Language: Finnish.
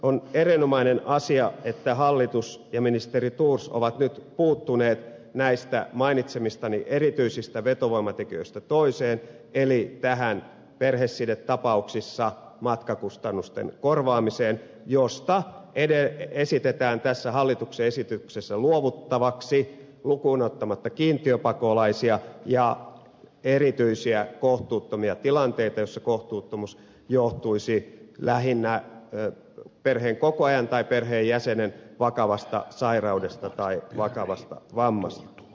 on erinomainen asia että hallitus ja ministeri thors ovat nyt puuttuneet näistä mainitsemistani erityisistä vetovoimatekijöistä toiseen eli tähän perhesidetapauksissa matkakustannusten korvaamiseen josta esitetään tässä hallituksen esityksessä että siitä luovutaan lukuun ottamatta kiintiöpakolaisia ja erityisiä kohtuuttomia tilanteita joissa kohtuuttomuus johtuisi lähinnä perheenkokoajan tai perheenjäsenen vakavasta sairaudesta tai vakavasta vammasta